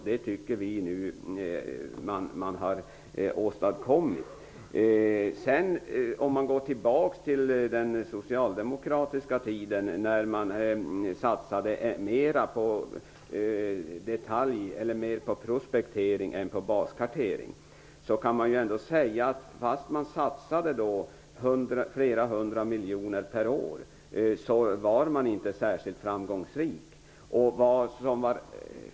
Vi tycker att detta nu har åstadkommits. Under den socialdemokratiska tiden satsade man mera på prospektering än på baskartering. Men fastän man satsade flera hundra miljoner per år var man inte särskilt framgångsrik.